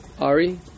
Ari